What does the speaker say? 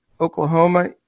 Oklahoma